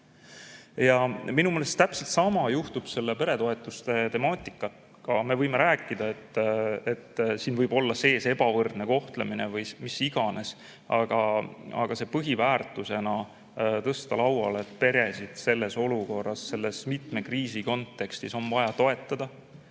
Minu meelest täpselt sama juhtub selle peretoetuste temaatikaga. Me võime rääkida, et siin võib olla sees ebavõrdne kohtlemine või mis iganes, aga põhiväärtusena tõsta lauale peresid ja selles olukorras, selles mitme kriisi kontekstis on vaja neid toetada.